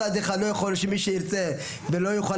מצד אחד לא יכול להיות שמי שירצה ולא יוכל